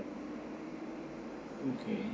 okay